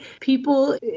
people